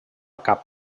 cap